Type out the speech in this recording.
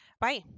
Bye